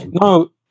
No